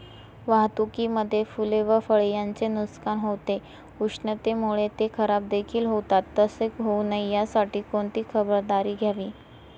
वाहतुकीमध्ये फूले व फळे यांचे नुकसान होते, उष्णतेमुळे ते खराबदेखील होतात तसे होऊ नये यासाठी कोणती खबरदारी घ्यावी?